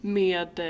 med